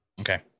Okay